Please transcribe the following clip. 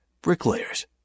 bricklayers